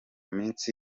minsi